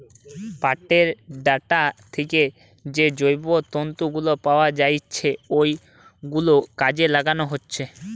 পাটের ডাঁটা থিকে যে জৈব তন্তু গুলো পাওয়া যাচ্ছে ওগুলো কাজে লাগানো হচ্ছে